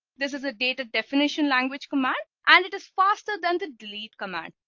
this is a data definition language command and it is faster than the delete command.